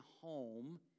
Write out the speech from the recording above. home